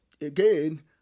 again